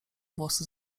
włosy